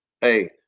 hey